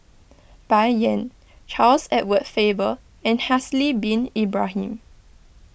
Bai Yan Charles Edward Faber and Haslir Bin Ibrahim